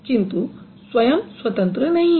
किंतु स्वयं स्वतंत्र नहीं है